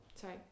Sorry